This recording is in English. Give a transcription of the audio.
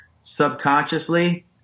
subconsciously